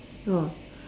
oh